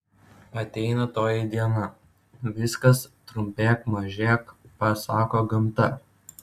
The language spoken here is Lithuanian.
ateina toji diena viskas trumpėk mažėk pasako gamta